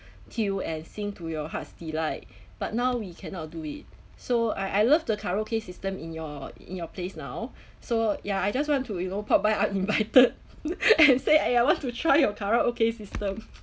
tune and sing to your heart's delight but now we cannot do it so I I love the karaoke system in your in your place now so ya I just want to you know pop by uninvited and say eh I want to try your karaoke system